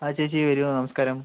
ആ ചേച്ചി വരൂ നമസ്കാരം